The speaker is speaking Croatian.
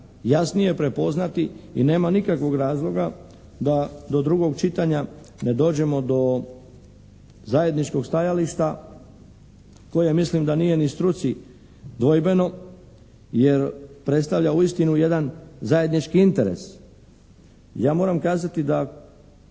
jasnije prepoznati i nema nikakvog razloga da do drugog čitanja ne dođemo do zajedničkog stajališta koje mislim da nije ni struci dvojbeno jer predstavlja uistinu jedan zajednički interes. Ja moram kazati da